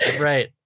Right